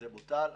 זה בוטל.